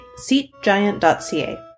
seatgiant.ca